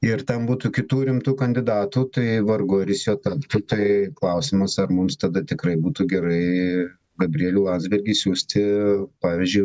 ir ten būtų kitų rimtų kandidatų tai vargu ir jis juo taptų tai klausimas ar mums tada tikrai būtų gerai gabrielių landsbergį siųsti pavyzdžiui